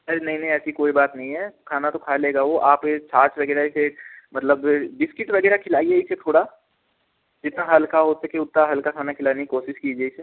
अरे नहीं नहीं ऐसी कोई बात नहीं है खाना तो खा लेगा वो आप ये छाछ वगैरह इसे मतलब बिस्किट वगैरह खिलाइए इसे थोड़ा जितना हल्का हो सके उतना हल्का खाना खिलाने की कोशिश कीजिये इसे